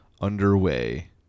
underway